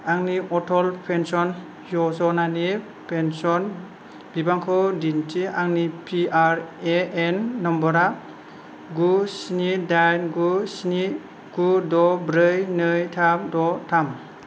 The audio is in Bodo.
आंनि अटल पेन्सन य'जना नि पेन्सन बिबांखौ दिन्थि आंनि पिआरएएन नम्बरआ गु स्नि दाइन गु स्नि गु द' ब्रै नै थाम द' थाम